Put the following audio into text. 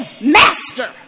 master